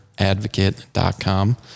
Advocate.com